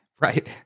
right